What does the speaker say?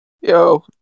yo